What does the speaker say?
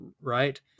right